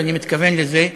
ואני מתכוון לזה,